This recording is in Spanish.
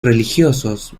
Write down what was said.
religiosos